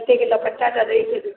ॿ टे किलो पटाटा ॾेई छॾियो